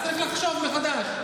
צריך לחשוב מחדש.